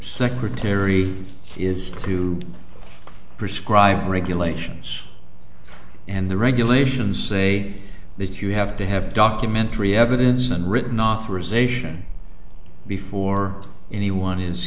secretary is to prescribe regulations and the regulations say that you have to have documentary evidence and written authorization before anyone is